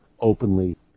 openly